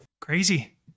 Crazy